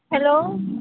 hello